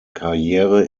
karriere